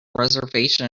reservation